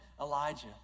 Elijah